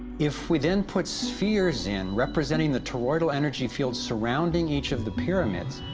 if we then put spheres in representing the toroidal energy fields surrounding each of the pyramid